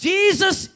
Jesus